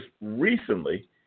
recently